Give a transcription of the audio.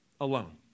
alone